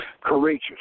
courageous